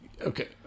Okay